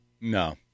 No